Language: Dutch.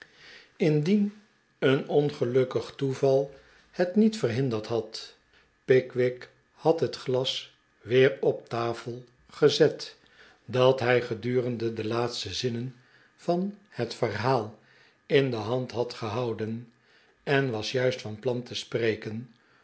indien een ongelukkig toeval het niet verhinderd had pickwick had het glas weer op tafel gezet dat hij gedurende de laatste zinnen van het verhaal in de hand had gehouden en was juist van plan te spreken